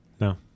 No